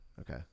Okay